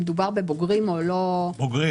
מדובר בבוגרים או לא בבוגרים?